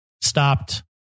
stopped